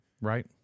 right